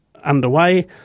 underway